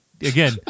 again